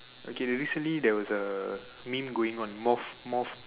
okay the recently there was a meme going on moth moth